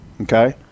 okay